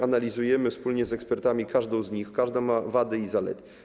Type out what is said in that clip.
Analizujemy wspólnie z ekspertami każdą z nich, każda ma wady i zalety.